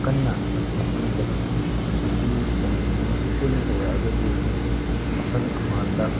ꯀꯟꯅꯗꯤ ꯍꯣꯠꯅꯖꯕꯅꯤ ꯃꯁꯤ ꯀꯔꯤꯒꯨꯝꯕ ꯃꯁꯤ ꯇꯣꯏꯅ ꯇꯧꯔꯛꯒꯗꯤ ꯑꯩꯈꯣꯏꯒꯤ ꯑꯁꯪ ꯑꯃꯥꯟꯗ